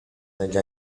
negli